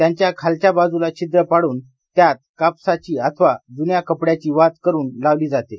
त्यांच्या खालच्या बाजूला छिद्र पाडुन त्यात कापसाची अथवा जून्या कपड़याची वात करून लावली जाते